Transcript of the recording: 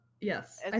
yes